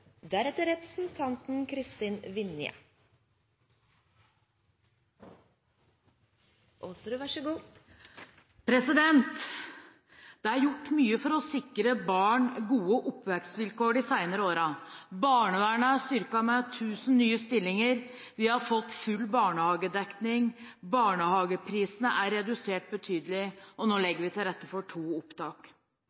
gjort mye for å sikre barn gode oppvekstvilkår de senere årene. Barnevernet er styrket med tusen nye stillinger, vi har fått full barnehagedekning, barnehageprisene er redusert betydelig og nå